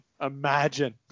Imagine